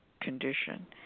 condition